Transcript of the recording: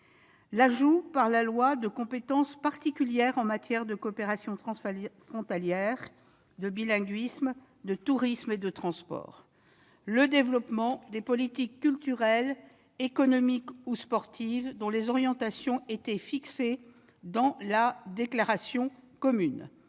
l'ajout, par la loi, de compétences particulières en matière de coopération transfrontalière, de bilinguisme, de tourisme et de transports. Enfin viendra le développement des politiques culturelles, économiques ou sportives dont les orientations étaient fixées dans la déclaration commune.